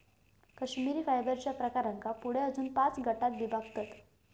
कश्मिरी फायबरच्या प्रकारांका पुढे अजून पाच गटांत विभागतत